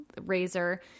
razor